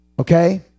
Okay